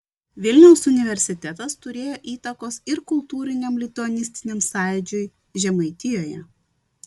vilniaus universitetas turėjo įtakos ir kultūriniam lituanistiniam sąjūdžiui žemaitijoje